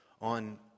on